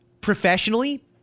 Professionally